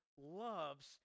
loves